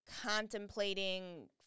contemplating